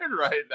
right